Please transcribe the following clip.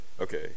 okay